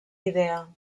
idea